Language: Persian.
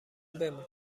بمون